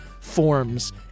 forms